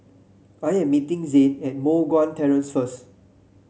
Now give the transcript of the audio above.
I am meeting Zane at Moh Guan Terrace first